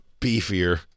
beefier